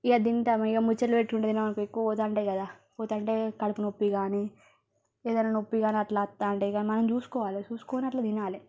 ఇక తింటాము ఇక ముచ్చట్లు పెట్టుకుంటూ తిన్నాము అనుకో ఎక్కువ పోతుంటాయి కదా పోతాంటే కడుపు నొప్పి కానీ ఏదైనా నొప్పి కానీ అట్లా వస్తుంటే ఇక మనం చూసుకోవాలి చూసుకొని అట్లా తినాలి